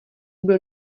byl